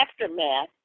aftermath